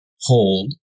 hold